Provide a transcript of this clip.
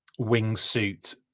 wingsuit